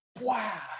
Wow